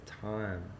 time